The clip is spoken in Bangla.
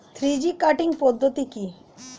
থ্রি জি কাটিং পদ্ধতি কি?